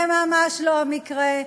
זה ממש לא המקרה.